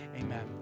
Amen